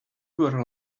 were